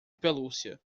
pelúcia